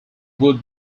would